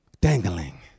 Dangling